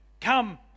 Come